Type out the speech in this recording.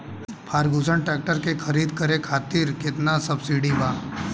Ferguson tractor के खरीद करे खातिर केतना सब्सिडी बा?